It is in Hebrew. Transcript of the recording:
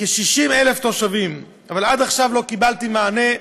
לכ-60,000 תושבים, אבל עד עכשיו לא קיבלתי מענה.